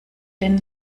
den